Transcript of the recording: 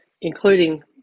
including